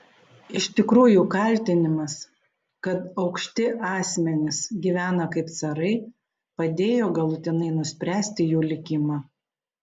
iš tikrųjų kaltinimas kad aukšti asmenys gyvena kaip carai padėjo galutinai nuspręsti jų likimą